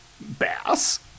Bass